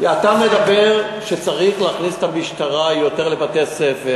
אתה אומר שצריך להכניס את המשטרה יותר לבתי-הספר,